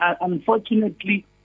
unfortunately